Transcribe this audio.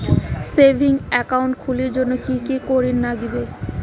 Savings account খুলির জন্যে কি কি করির নাগিবে?